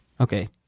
Okay